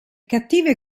cattive